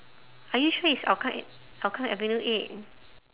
are you sure it's hougang e~ hougang avenue eight